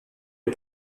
les